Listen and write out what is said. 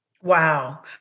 Wow